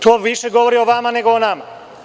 To više govori o vama nego o nama.